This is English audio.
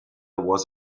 was